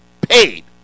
paid